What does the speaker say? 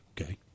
okay